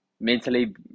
mentally